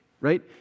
right